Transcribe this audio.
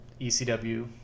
ECW